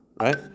right